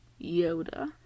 Yoda